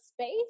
space